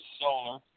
Solar